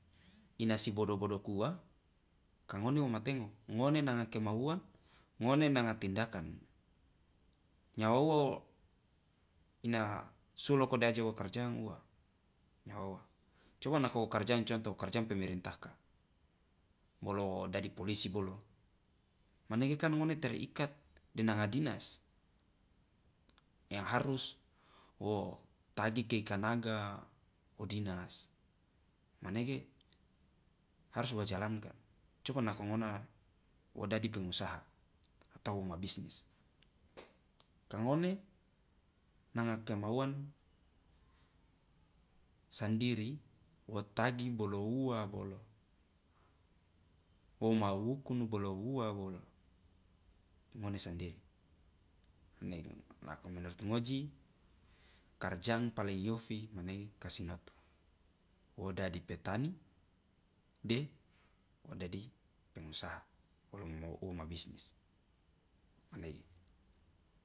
Ina sibodo bodokuwa kangone womatengo ngone nanga kemauan ngone nanga tindakan nyawa uwa wo ina suloko aje wa karjang uwa nyawa uwa coba nako wo karjang contoh wo karjang pemerintaka bolo wo dadi polisi bolo manege kan ngone terikat de nanga dinas yang harus wo tagi keika naga odinas manege harus wa jalankan cobba nako ngona wo dadi pengusaha atau woma bisnis kangone nanga kemauan sandiri wo tagi bolo uwa bolo woma wukunu bolo uwa bolo ngone sandiri manege nako menurut ngoji karjang paling iofi manege ka sinoto wo dadi petani de wo dadi pengusaha bolo woma bisnis manege.